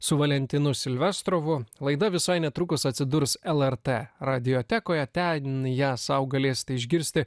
su valentinu silvestrovu laida visai netrukus atsidurs lrt radiotekoje ten ją sau galės išgirsti